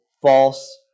false